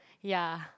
ya